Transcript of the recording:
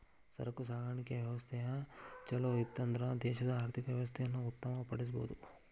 ಸರಕು ಸಾಗಾಣಿಕೆಯ ವ್ಯವಸ್ಥಾ ಛಲೋಇತ್ತನ್ದ್ರ ದೇಶದ ಆರ್ಥಿಕ ವ್ಯವಸ್ಥೆಯನ್ನ ಉತ್ತಮ ಪಡಿಸಬಹುದು